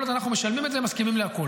כל עוד אנחנו משלמים את זה הם מסכימים לכול.